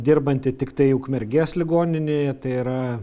dirbanti tiktai ukmergės ligoninėje tai yra